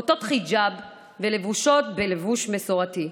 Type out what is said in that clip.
עוטות חיג'אב ולבושות בלבוש מסורתי.